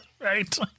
Right